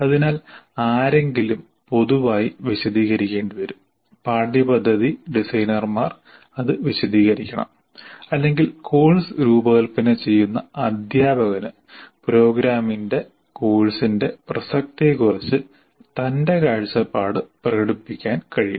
അതിനാൽ ആരെങ്കിലും പൊതുവായി വിശദീകരിക്കേണ്ടിവരും പാഠ്യപദ്ധതി ഡിസൈനർമാർ അത് വിശദീകരിക്കണം അല്ലെങ്കിൽ കോഴ്സ് രൂപകൽപ്പന ചെയ്യുന്ന അധ്യാപകന് പ്രോഗ്രാമിന്റെ കോഴ്സിന്റെ പ്രസക്തിയെക്കുറിച്ച് തന്റെ കാഴ്ചപ്പാട് പ്രകടിപ്പിക്കാൻ കഴിയും